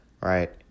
Right